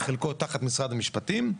בחלקו תחת משרד המשפטים.